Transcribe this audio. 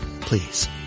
Please